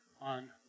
on